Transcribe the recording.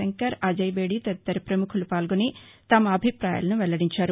శంకర్ అజయ్ బేడి తదితర పముఖులు పాల్గొని తమ అభిపాయాలను వెల్లడించారు